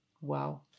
Wow